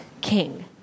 king